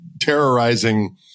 terrorizing